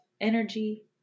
energy